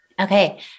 Okay